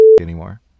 anymore